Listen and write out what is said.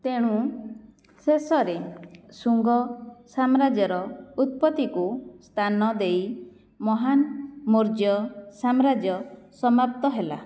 ତେଣୁ ଶେଷରେ ଶୁଙ୍ଗ ସାମ୍ରାଜ୍ୟର ଉତ୍ପତ୍ତିକୁ ସ୍ଥାନ ଦେଇ ମହାନ ମୌର୍ଯ୍ୟ ସାମ୍ରାଜ୍ୟ ସମାପ୍ତ ହେଲା